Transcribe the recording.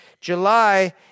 July